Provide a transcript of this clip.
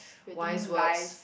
creating lives